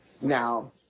now